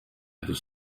other